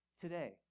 Today